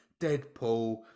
Deadpool